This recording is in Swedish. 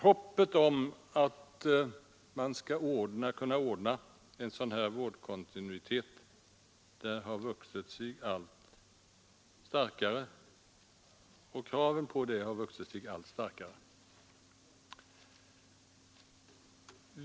Kravet på att en sådan vårdkontinuitet skall ordnas har vuxit sig allt starkare.